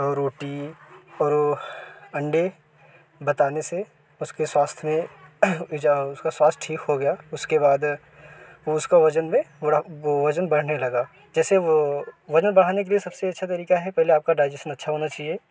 और रोटी और अण्डे बताने से उसके स्वास्थ्य में फिर जब उसका स्वास्थ्य ठीक हो गया उसके बाद उसका वजन में थोड़ा वो उसका बढ़ने जैसे वो वजन बढ़ाने के लिए सबसे अच्छा तरीका हैं पहले आप का डाइजेशन अच्छा होना चाहिए